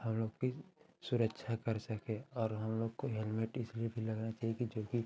हम लोग की सुरक्षा कर सके और हम लोग को हेलमेट इसलिए भी लगाना चाहिए कि जोकि